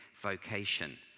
vocation